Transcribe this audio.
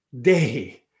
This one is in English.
day